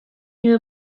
know